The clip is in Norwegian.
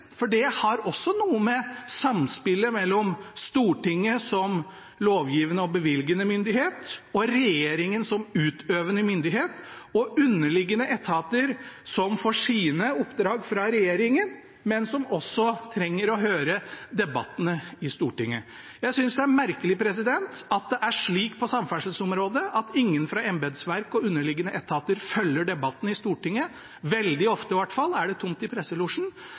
for det har også noe å gjøre med samspillet mellom Stortinget, som lovgivende og bevilgende myndighet, og regjeringen, som utøvende myndighet, og underliggende etater, som får sine oppdrag fra regjeringen, men som også trenger å høre debattene i Stortinget. Jeg synes det er merkelig at det på samferdselsområdet er slik at ingen fra embetsverk og underliggende etater følger debattene i Stortinget. Det er i hvert fall veldig ofte tomt i presselosjen